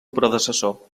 predecessor